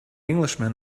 englishman